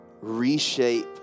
reshape